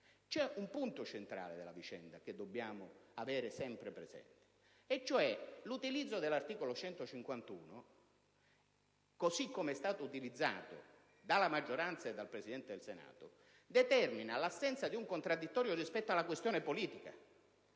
c'è un punto centrale della vicenda che dobbiamo avere sempre presente: l'utilizzo dell'articolo 151 del Regolamento, così come operato dalla maggioranza e dal Presidente del Senato, determina l'assenza di un contraddittorio rispetto alla questione politica